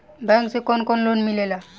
Bank से कौन कौन लोन मिलेला?